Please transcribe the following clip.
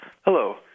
Hello